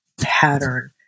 pattern